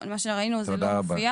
מה שראינו זה לא מופיע.